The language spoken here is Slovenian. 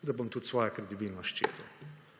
da bom tudi svojo kredibilnost ščitil.